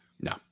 No